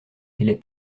les